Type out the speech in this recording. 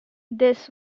this